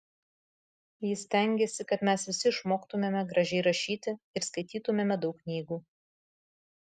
ji stengėsi kad mes visi išmoktumėme gražiai rašyti ir skaitytumėme daug knygų